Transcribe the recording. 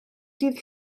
dydd